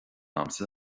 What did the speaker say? agamsa